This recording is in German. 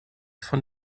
von